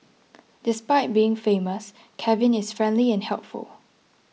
despite being famous Kevin is friendly and helpful